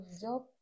job